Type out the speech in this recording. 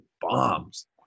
bombs